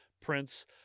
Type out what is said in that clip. Prince